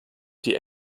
die